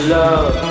love